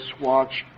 watch